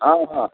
ହଁ ହଁ